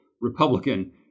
Republican